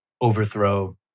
overthrow